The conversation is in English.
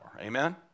Amen